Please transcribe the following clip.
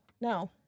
No